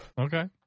Okay